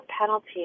penalty